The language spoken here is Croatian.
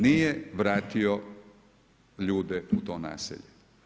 Nije vratio ljude u to naselje.